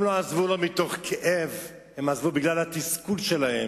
הם עזבו לא מתוך כאב, הם עזבו בגלל התסכול שלהם,